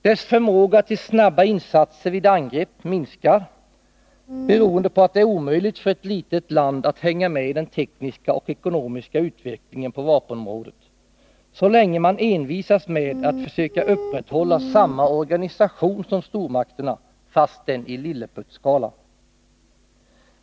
Dess förmåga till snabba insatser vid angrepp minskar, beroende på att det är omöjligt för ett litet land att hänga med i den tekniska och ekonomiska utvecklingen på vapenområdet, så länge man envisas med att försöka upprätthålla samma organisation som stormakterna fastän i lilleputtskala.